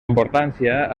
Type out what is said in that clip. importància